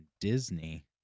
Disney